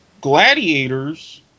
Gladiators